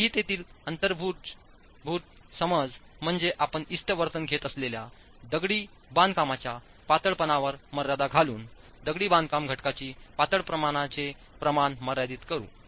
संहितेतील अंतर्भूत समज म्हणजे आपण इष्ट वर्तन घेत असलेल्या दगडी बांधकामांच्या पातळपणावर मर्यादा घालून दगडी बांधकाम घटकांची पातळपणाचे प्रमाण मर्यादित करू